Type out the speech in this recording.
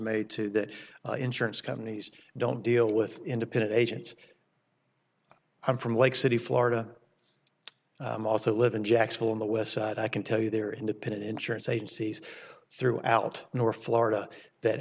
made to that insurance companies don't deal with independent agents i'm from lake city florida also live in jacksonville in the west side i can tell you there are independent insurance agencies throughout north florida that